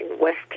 West